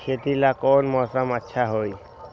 खेती ला कौन मौसम अच्छा होई?